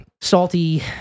salty